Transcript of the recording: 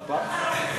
חיים,